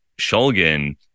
Shulgin